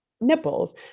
nipples